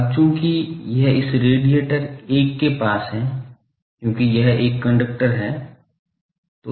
अब चूंकि यह इस रेडिएटर 1 के पास है क्योंकि यह एक कंडक्टर है